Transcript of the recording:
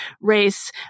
race